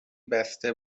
بسته